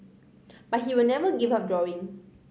but he will never give up drawing